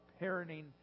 parenting